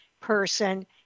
person